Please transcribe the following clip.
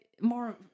more